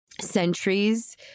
centuries